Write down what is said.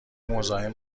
مزاحم